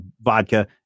vodka